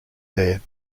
there